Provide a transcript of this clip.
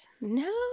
No